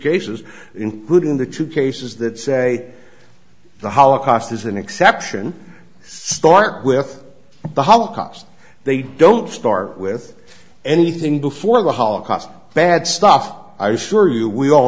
cases including the two cases that say the holocaust is an exception start with the holocaust they don't start with anything before the holocaust bad stuff i assure you we all